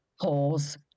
pause